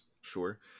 Sure